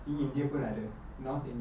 india pun ada north india